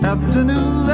Afternoon